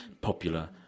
popular